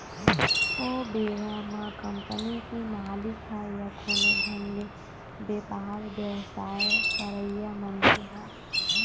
ओ बेरा म कंपनी के मालिक ह या कोनो ढंग ले बेपार बेवसाय करइया मनखे ह